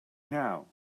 now